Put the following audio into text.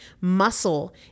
Muscle